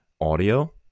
audio